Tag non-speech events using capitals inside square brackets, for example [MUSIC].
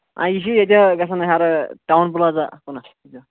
آ یہِ چھُ ییٚتہِ گژھان ہٮ۪رٕ ٹَوُن پٕلازا [UNINTELLIGIBLE]